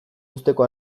uzteko